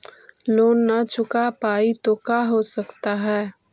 Loan न चुका पाई तो का हो सकता है?